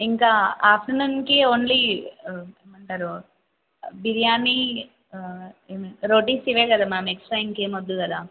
ఇంకా ఆఫ్టర్నూన్కి ఓన్లీ బిర్యానీ రోటీస్ ఇవే కదా మ్యామ్ ఎక్స్ట్రా ఇంకేం వద్దు కదా